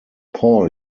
paul